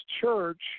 church